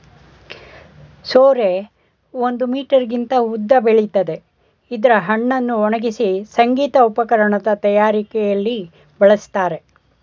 ಸೋರೆ ಒಂದು ಮೀಟರ್ಗಿಂತ ಉದ್ದ ಬೆಳಿತದೆ ಇದ್ರ ಹಣ್ಣನ್ನು ಒಣಗ್ಸಿ ಸಂಗೀತ ಉಪಕರಣದ್ ತಯಾರಿಯಲ್ಲಿ ಬಳಸ್ತಾರೆ